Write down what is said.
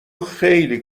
خیلی